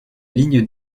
ligne